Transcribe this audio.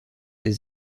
des